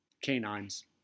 Canines